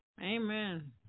Amen